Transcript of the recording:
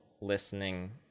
listening